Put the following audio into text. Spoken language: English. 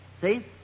See